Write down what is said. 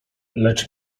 lecz